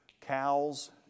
cows